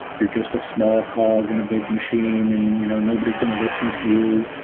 you're just a small cog in a big machine and you know nobody's going to listen to you.